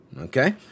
okay